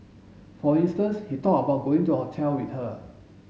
for instance he talked about going to a hotel with her